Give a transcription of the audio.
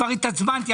כבר התעצבנתי,